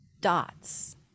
dots